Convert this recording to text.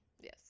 Yes